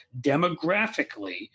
demographically